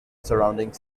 surrounding